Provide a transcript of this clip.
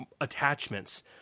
attachments